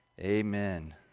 Amen